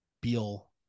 Beal